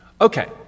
Okay